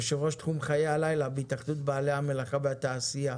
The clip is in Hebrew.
יושבת-ראש תחום חיי הלילה בהתאחדות בעלי המלאכה והתעשייה.